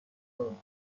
این